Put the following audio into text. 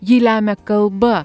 jį lemia kalba